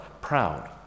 proud